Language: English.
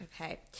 okay